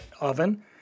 oven